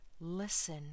listen